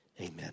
amen